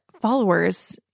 followers